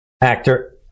Actor